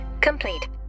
complete